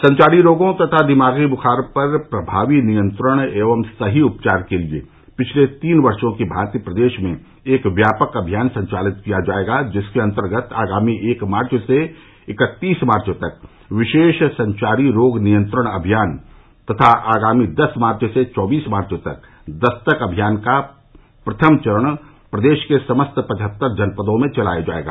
संचारी रोगों तथा दिमागी बुखार पर प्रमावी नियंत्रण एवं सही उपचार के लिए पिछले तीन वर्षों की भांति प्रदेश में एक व्यापक अमियान संचालित किया जायेगा जिसके अंतर्गत आगामी एक मार्च से इकत्तीस मार्च तक विशेष संचारी रोग नियंत्रण अमियान तथा आगामी दस मार्च से चौबीस मार्च तक दस्तक अमियान का प्रथम चरण प्रदेश के समस्त पचहत्तर जनपदों में चलाया जायेगा